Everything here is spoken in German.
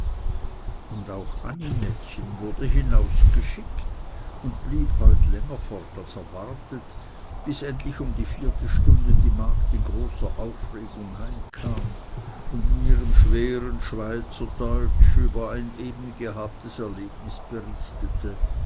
und auch aninettchen wurde hinausgeschickt und blieb heute länger fort als erwartet bis endlich um die vierte stunde die magd in großer aufregung heimkam und in ihrem schweren schweizer deutsch über ein eben gehabtes erlebnis berichtete